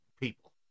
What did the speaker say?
people